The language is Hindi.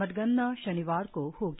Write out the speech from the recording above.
मतगणना शनिवार को होगी